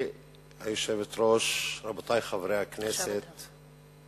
גברתי היושבת-ראש, רבותי חברי הכנסת,